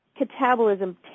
catabolism